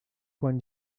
quan